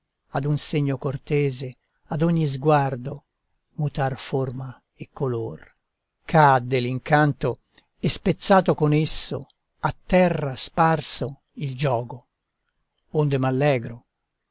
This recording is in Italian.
ad un segno cortese ad ogni sguardo mutar forma e color cadde l'incanto e spezzato con esso a terra sparso il giogo onde m'allegro